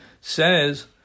says